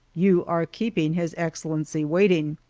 you are keeping his excellency waiting!